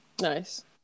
Nice